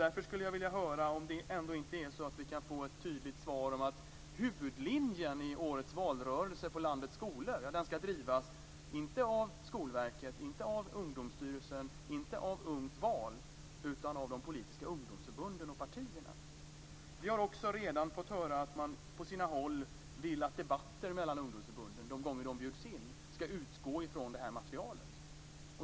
Därför skulle jag vilja höra om vi inte kan få ett tydligt svar om att huvudlinjen i årets valrörelse på landets skolor inte ska drivas av Skolverket, inte av Ungdomsstyrelsen, inte av Ungt val utan av de politiska ungdomsförbunden och partierna. Vi har också redan fått höra att man på sina håll vill att debatter mellan ungdomsförbunden, de gånger dessa bjuds in, ska utgå från det här materialet.